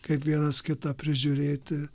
kaip vienas kitą prižiūrėti